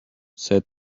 said